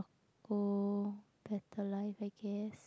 oh better lah in that case